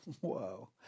whoa